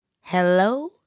Hello